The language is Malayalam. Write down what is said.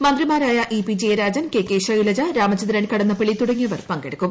മന്ത്രിമാരായ E P Jayarajan K K Shailaja Ramachandran Kadannappally തുടങ്ങിയവർ പങ്കെടുക്കും